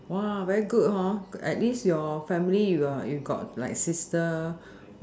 very good at least your family you got like sister